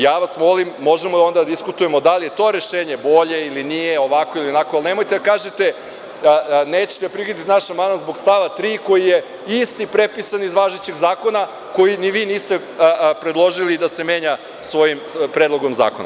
Ja vas molim, možemo onda da diskutujemo da li je to rešenje bolje ili nije, ovako ili onako, ali nemojte da kažete da nećete da prihvatite naš amandman zbog stava 3. koji je isti prepisan iz važećeg Zakona, koji ni vi niste predložili da se menja svojim predlogom zakona.